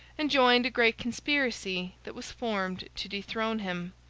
and joined a great conspiracy that was formed to dethrone him,